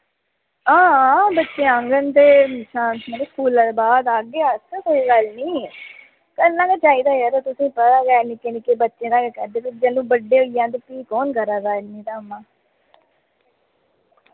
आं हां बच्चे आगन ते स्कूलै दे बाद आगे अस कोई गल्ल निं करना गै चाहिदा जार तुसें गी पता गै निक्के निक्के बच्चे न अजें जैह्लूं बड्डे होई जान ते भी कु'न करा दा इन्नियां धामां